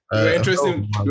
interesting